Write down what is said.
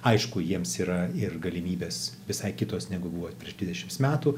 aišku jiems yra ir galimybės visai kitos negu buvo prieš dvidešims metų